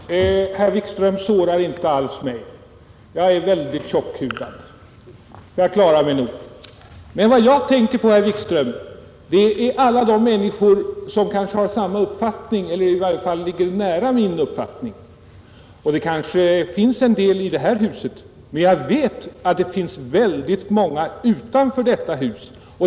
Herr talman! Herr Wikström sårar mig inte alls. Jag är tjockhudad. Jag klarar mig nog. Men vad jag tänker på, herr Wikström, är alla de människor som kanske har samma uppfattning som jag eller vilkas uppfattning i varje fall ligger nära min. Det kanske finns en del av dem i det här huset, och jag vet att det finns många utanför detta hus.